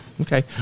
Okay